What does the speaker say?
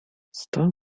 stan